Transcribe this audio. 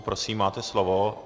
Prosím, máte slovo.